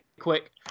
quick